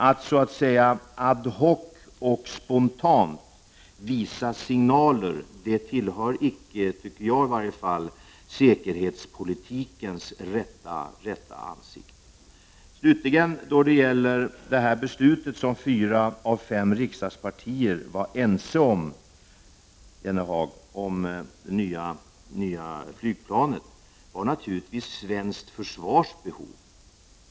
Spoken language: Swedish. Att så att säga ad hoc och spontant visa signaler anser jag icke tillhöra säkerhetspolitikens rätta ansikte. När det gäller beslutet, som fyra av fem riksdagspartier stod bakom, om det nya flygplanet fattades det i syfte att tillgodose svenskt försvars behov.